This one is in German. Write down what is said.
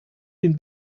den